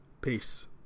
Peace